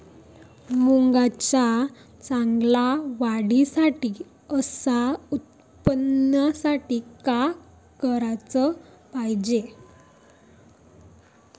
मुंगाच्या चांगल्या वाढीसाठी अस उत्पन्नासाठी का कराच पायजे?